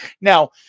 Now